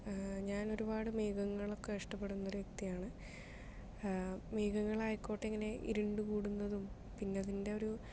ഞാനൊരുപാട് മേഘങ്ങളെ ഒക്കെ ഇഷ്ടപ്പെടുന്നൊരു വ്യക്തിയാണ് മേഘങ്ങളായിക്കോട്ടെ അങ്ങനെ ഇരുണ്ടു കൂടുന്നതും പിന്നതിൻ്റെ ഒരു